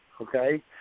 okay